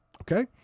Okay